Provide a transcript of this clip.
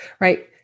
right